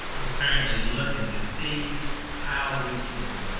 we're currently looking to see how we can